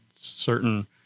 certain